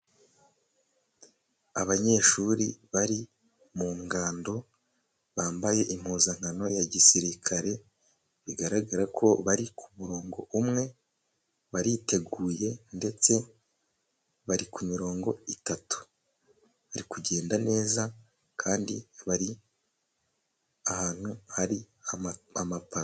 Abanyeshuri bari mu ngando bambaye impuzankano ya gisirikare, bigaragara ko bari ku murongo umwe bariteguye ndetse bari ku mirongo itatu, bari kugenda neza kandi bari ahantu hari amapave.